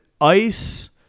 ice